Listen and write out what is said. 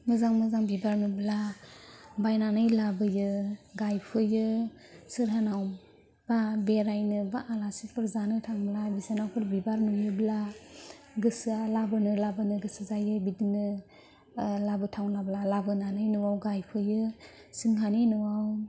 मोजां मोजां बिबार नुब्ला बायनानै लाबोयो गाइफैयो सोरहानावबा बेरायनो बा आलासिफोर जानो थांब्ला बिसोरनाव फुल बिबार नुयोब्ला गोसोआ लाबोनो लाबोनो गोसो जायो बिदिनो लाबोथावनाब्ला न'आव लाबोनानै गाइफैयो जोंहानि न'आव